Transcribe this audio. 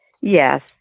Yes